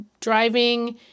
driving